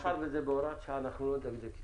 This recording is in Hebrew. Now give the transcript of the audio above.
מאחר שזה בהוראת שעה, אנחנו לא נדקדק.